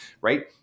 right